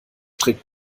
trägt